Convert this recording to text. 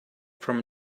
from